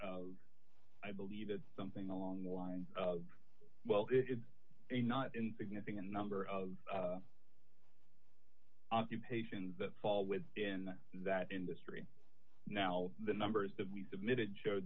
i believe that something along the line well it's a not insignificant number of occupations that fall with in that industry now the numbers that we submitted showed